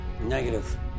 Negative